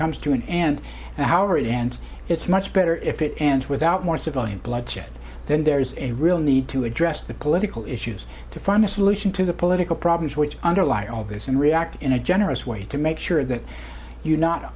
comes to an end however and it's much better if it ends without more civilian bloodshed then there is a real need to address the political issues to find a solution to the political problems which underlie all this and react in a generous way to make sure that you not